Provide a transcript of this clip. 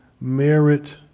merit